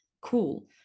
cool